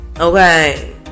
Okay